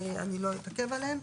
אני לא אתעכב עליהם.